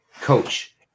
coach